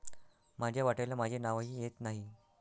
माझ्या वाट्याला माझे नावही येत नाही